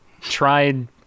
tried